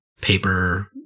paper